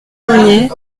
boyer